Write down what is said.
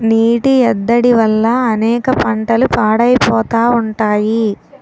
నీటి ఎద్దడి వల్ల అనేక పంటలు పాడైపోతా ఉంటాయి